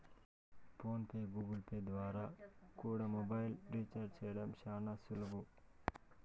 phone pay, Google Pay ద్వారా కూడా mobile recharge చేయడం శానా సులువు